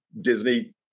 Disney